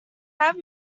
have